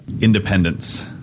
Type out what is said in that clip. Independence